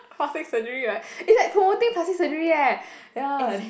plastic surgery right is like promoting plastic surgery eh ya